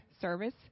service